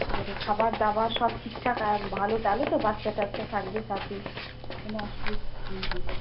এবারে খাবার দাবার সব ঠিকঠাক আর ভালো তাহলে তো বাচ্চা টাচ্চা থাকবে সাথে কোনো হুম হুম